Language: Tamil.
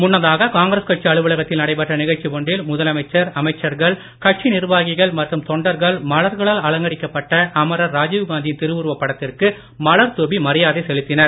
முன்னதாக காங்கிரஸ் கட்சி அலவலகத்தில் நடைபெற்ற நிகழ்ச்சி ஒன்றில் முதலமைச்சர் அமைச்சர்கள் கட்சி நிர்வாகிகள் மற்றும் தொண்டர்கள் மலர்களால் அலங்கரிக்கப்பட்ட அமரர் ராஜிவ்காந்தியின் திருவுருவ படத்திற்கு மலர் தூவி மரியாதை செலுத்தினர்